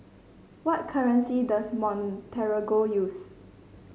what currency does Montenegro use